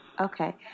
okay